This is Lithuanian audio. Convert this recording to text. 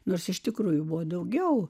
nors iš tikrųjų buvo daugiau